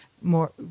more